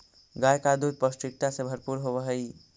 गाय का दूध पौष्टिकता से भरपूर होवअ हई